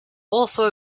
also